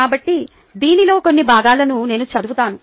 కాబట్టి దీనిలోని కొన్ని భాగాలను నేను చదువుతాను